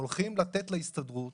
הולכים להנציח את ההסתדרות